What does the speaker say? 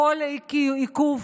כל עיכוב,